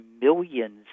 millions